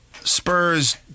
Spurs